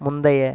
முந்தைய